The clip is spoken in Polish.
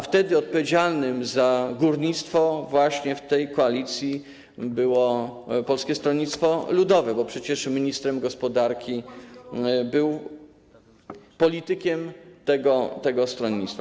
Wtedy odpowiedzialnym za górnictwo w tej koalicji było Polskie Stronnictwo Ludowe, bo przecież ministrem gospodarki był polityk tego stronnictwa.